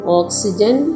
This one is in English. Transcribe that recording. oxygen